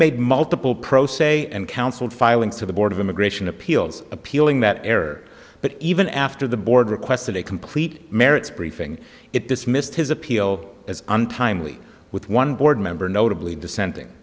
made multiple pro se and counsel filings to the board of immigration appeals appealing that error but even after the board requested a complete merits briefing it dismissed his appeal as untimely with one board member notably dissenting